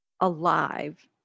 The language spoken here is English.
Alive